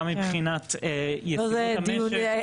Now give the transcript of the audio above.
גם מבחינת --- המשק.